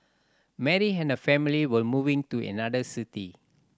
Mary and her family were moving to another city